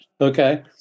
Okay